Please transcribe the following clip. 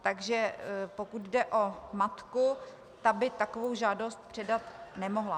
Takže pokud jde o matku, ta by takovou žádost předat nemohla.